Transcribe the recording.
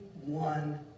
one